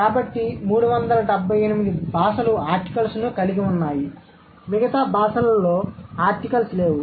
కాబట్టి 378 భాషలు ఆర్టికల్స్ను కలిగి ఉన్నాయి మిగతా భాషలలో ఆర్టికల్స్ లేవు